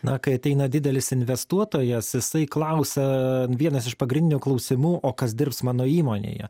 na kai ateina didelis investuotojas jisai klausia vienas iš pagrindinių klausimų o kas dirbs mano įmonėje